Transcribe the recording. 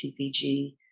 CPG